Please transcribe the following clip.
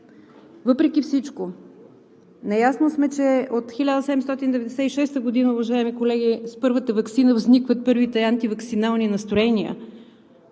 Въпреки всичко наясно сме, че от 1796 г., уважаеми колеги, с първата ваксина възникват първите антиваксинални настроения.